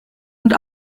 und